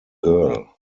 girl